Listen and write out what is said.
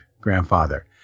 grandfather